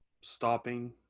stopping